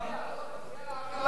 רגע,